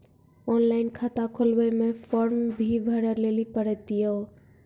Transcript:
Online खाता खोलवे मे फोर्म भी भरे लेली पड़त यो?